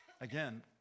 again